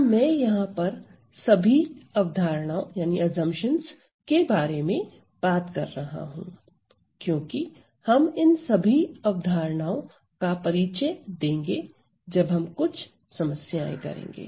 तो मैं यहां पर सभी अवधारणाओं के बारे में बात कर रहा हूं क्योंकि हम इन सभी धारणाओं का परिचय देंगे जब हम कुछ समस्याएं करेंगे